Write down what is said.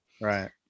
right